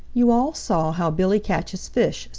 you all saw how billy catches fish,